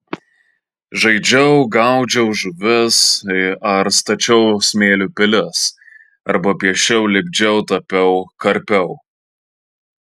žaidžiau gaudžiau žuvis ar stačiau smėlio pilis arba piešiau lipdžiau tapiau karpiau